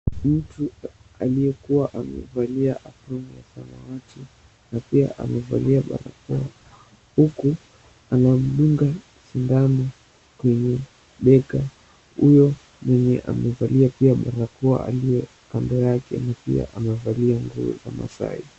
Mtu aliyekuwa amevalia aproan ya samawati na pia brakoa huku anamdunga sindano kwenye bega huyo mwenye amevalia barakoa pia aliye kando yake na pia amevali ngio za maasai.